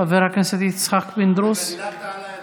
חבר הכנסת יצחק פינדרוס דילגת עליי,